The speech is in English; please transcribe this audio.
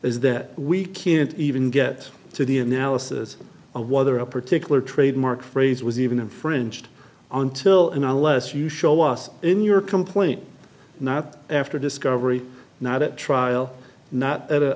is that we can't even get to the analysis of whether a particular trademark phrase was even infringed until and unless you show us in your complaint not after discovery not at trial not at